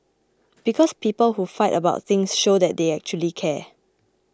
because people who fight about things show that they actually care